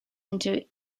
into